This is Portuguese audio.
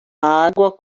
água